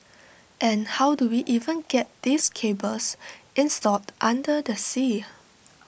and how do we even get these cables installed under the sea